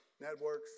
networks